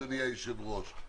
אדוני היושב-ראש,